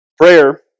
Prayer